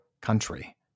country